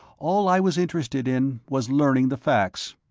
all i was interested in was learning the facts.